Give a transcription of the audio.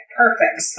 perfect